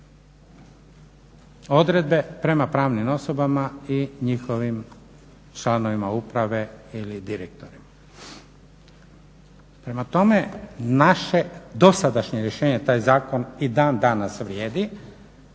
odredbe prema pravnim osobama i njihovim članovima uprave ili direktorima. Prema tome, naše dosadašnje rješenje taj zakon i dan danas vrijedi.